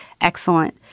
excellent